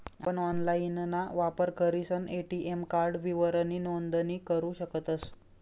आपण ऑनलाइनना वापर करीसन ए.टी.एम कार्ड विवरणनी नोंदणी करू शकतस